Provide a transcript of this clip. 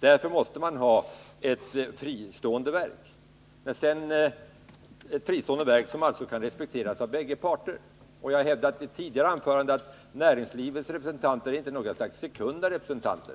Därför måste man ha ett fristående verk, som kan respekteras av bägge parter. Jag hävdade i mitt tidigare anförande att näringslivets representanter inte är något slags sekunda medborgare.